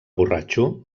borratxo